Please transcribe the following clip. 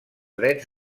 drets